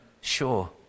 sure